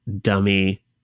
dummy